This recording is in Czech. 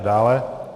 Dále.